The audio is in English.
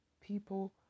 people